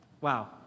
wow